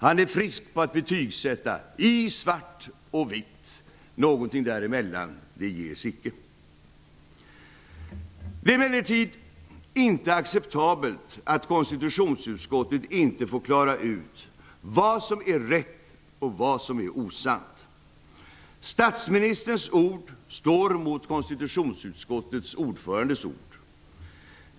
Han är frisk på att betygsätta i svart och vitt -- någonting däremellan ges icke. Det är emellertid inte acceptabelt att konstitutionsutskottet inte får klara ut vad som är rätt och vad som är osant. Statsministerns ord står mot konstitutionsutskottets ordförandes ord.